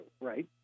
right